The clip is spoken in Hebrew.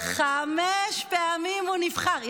5 פעמים הוא נבחר.